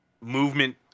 movement